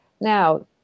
Now